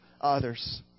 others